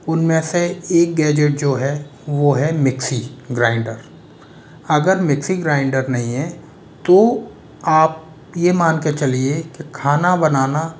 उनमें से एक गैजेट जो है वह है मिक्सी ग्राइंडर अगर मिक्सी ग्राइंडर नहीं है तो आप यह मान के चलिए के खाना बनाना